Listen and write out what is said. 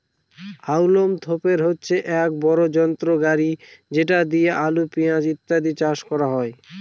হাউলম তোপের হচ্ছে এক বড় যন্ত্র গাড়ি যেটা দিয়ে আলু, পেঁয়াজ ইত্যাদি চাষ করা হয়